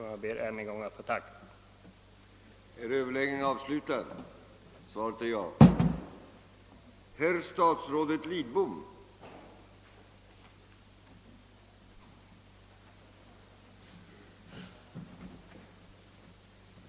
Jag ber än en gång att få tacka för svaret.